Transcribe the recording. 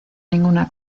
ninguna